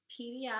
PDF